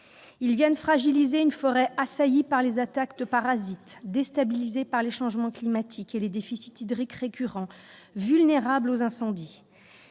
Ils fragilisent une forêt déjà assaillie par les attaques de parasites, déstabilisée par les changements climatiques et par les déficits hydriques récurrents, et vulnérable aux incendies.